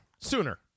Sooner